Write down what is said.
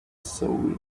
soul